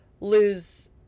lose